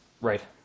Right